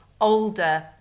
older